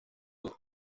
with